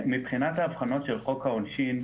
מבחינת ההבחנות של חוק העונשין,